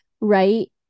right